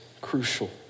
crucial